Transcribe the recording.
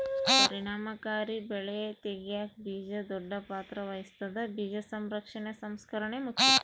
ಪರಿಣಾಮಕಾರಿ ಬೆಳೆ ತೆಗ್ಯಾಕ ಬೀಜ ದೊಡ್ಡ ಪಾತ್ರ ವಹಿಸ್ತದ ಬೀಜ ಸಂರಕ್ಷಣೆ ಸಂಸ್ಕರಣೆ ಮುಖ್ಯ